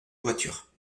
voitures